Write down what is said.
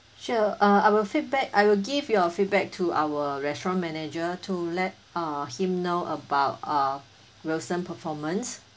sure uh I will feedback I will give your feedback to our restaurant manager to let uh him know about uh wilson performance